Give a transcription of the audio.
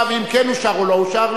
אם כן אושר או לא אושר,